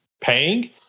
paying